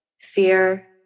fear